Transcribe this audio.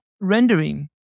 rendering